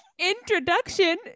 Introduction